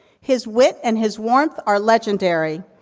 his width and his warmth are legendary.